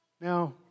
Now